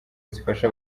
zifasha